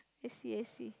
I see I see